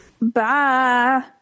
Bye